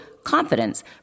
confidence